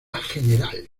general